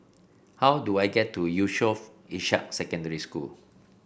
how do I get to Yusof Ishak Secondary School